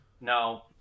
no